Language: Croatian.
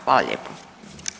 Hvala lijepo.